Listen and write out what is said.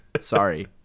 Sorry